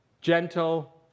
Gentle